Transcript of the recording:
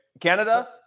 Canada